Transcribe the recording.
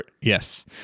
Yes